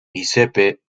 giuseppe